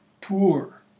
poor